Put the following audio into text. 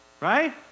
Right